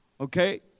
Okay